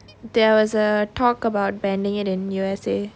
there was a talk about banning it in U_S_A